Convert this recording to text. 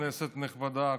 כנסת נכבדה,